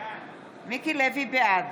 בעד